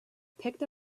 picked